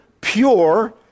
pure